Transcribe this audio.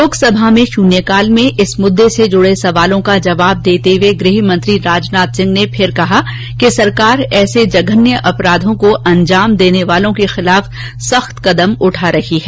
लोकसभा में शून्यकाल में इस मुद्दे से जुड़े सवालों का जवाब देते हुए गृहमंत्री राजनाथ सिंह ने फिर कहा कि सरकार ऐसे जघन्य अपराधो को अंजाम देने वालों के खिलाफ सख्त कदम उठा रही है